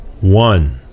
One